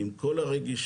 עם כל הרגישות,